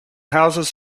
houses